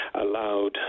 allowed